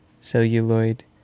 celluloid